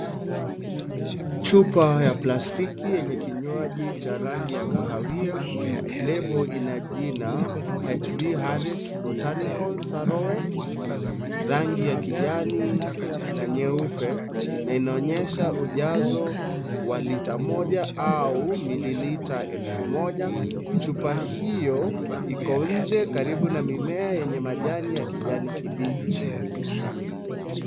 Chupa ya plastiki yenye kinywaji cha rangi ya kahawia. label ina jina HB HARRIETS BOTANICALS ARORWET , rangi ya kijani na nyeupe na inaonyesha ujazo wa lita moja au mililita elfu moja. Chupa hiyo iko nje karibu na mimea yenye majani ya kijani kibichi.